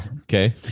Okay